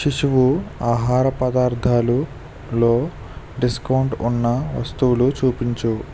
శిశువు ఆహార పదార్థాలలో డిస్కౌంట్ ఉన్న వస్తువులు చూపించుము